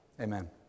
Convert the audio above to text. Amen